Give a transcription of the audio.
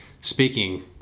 speaking